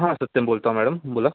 हा सत्यम बोलतोय मॅडम बोला